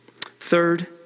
Third